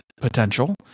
potential